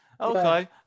Okay